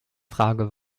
frage